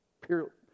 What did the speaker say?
pure